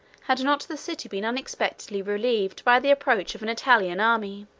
had not the city been unexpectedly relieved by the approach of an italian army.